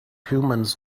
humans